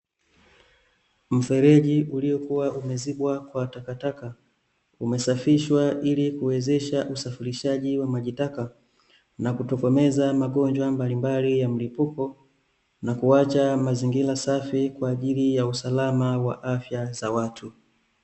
Mfereji uliokua umezibwa kwa takataka, umesafishwa ili kuwezesha usafirishaji wa maji taka, na kutokomeza magonjwa mbalimbali ya mlipuko, na kuacha mazingira safi, kwaajili ya usalama wa afya za watu.